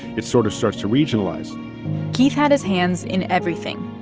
it sort of starts to regionalize keith had his hands in everything.